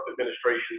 administration